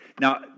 Now